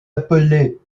appelée